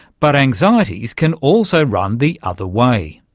but anxieties can also run the other way.